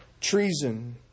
treason